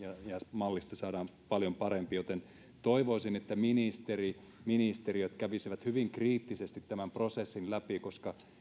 mallista saadaan paljon parempi joten toivoisin että ministeri ministeriöt kävisivät hyvin kriittisesti tämän prosessin läpi koska